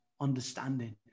understanding